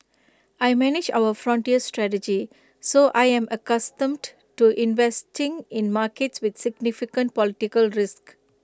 I manage our frontier strategy so I am accustomed to investing in markets with significant political risk